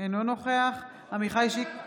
אינו נוכח עמיחי שיקלי,